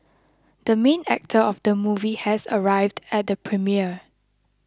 the main actor of the movie has arrived at the premiere